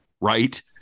Right